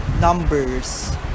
numbers